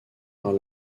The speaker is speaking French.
par